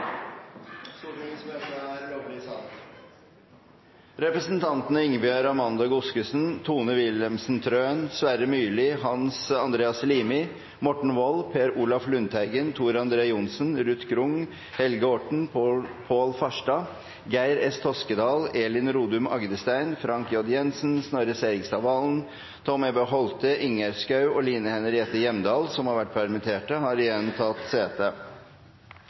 Representantene Ingebjørg Amanda Godskesen, Tone Wilhelmsen Trøen, Sverre Myrli, Hans Andreas Limi, Morten Wold, Per Olaf Lundteigen, Tor André Johnsen, Ruth Grung, Helge Orten, Pål Farstad, Geir S. Toskedal, Elin Rodum Agdestein, Frank J. Jenssen, Snorre Serigstad Valen, Tom E.B. Holthe, Ingjerd Schou og Line Henriette Hjemdal, som har vært permittert, har igjen tatt sete.